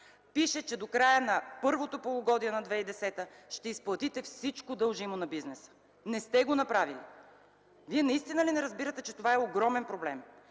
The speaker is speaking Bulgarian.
Пише, че до края на първото полугодие на 2010 г., ще изплатите всичко дължимо на бизнеса. Не сте го направили! Вие наистина ли не разбирате, че това е огромен проблем